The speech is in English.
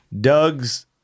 Doug's